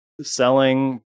selling